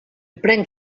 prenc